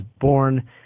born